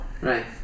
Right